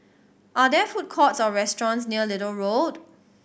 are there food courts or restaurants near Little Road